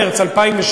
מרס 2016,